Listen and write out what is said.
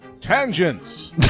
Tangents